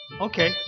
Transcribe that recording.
okay